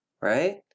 Right